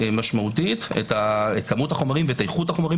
משמעותית את כמות החומרים ואת איכות החומרים